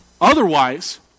Otherwise